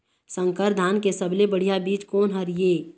संकर धान के सबले बढ़िया बीज कोन हर ये?